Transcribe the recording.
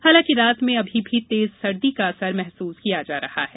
हालांकि रात में अभी भी तेज सर्दी का असर महसूस किया जा रहा है